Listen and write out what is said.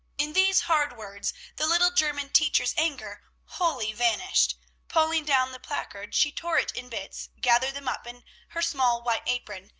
in these hard words the little german teacher's anger wholly vanished pulling down the placard, she tore it in bits, gathered them up in her small white apron,